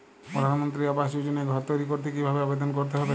প্রধানমন্ত্রী আবাস যোজনায় ঘর তৈরি করতে কিভাবে আবেদন করতে হবে?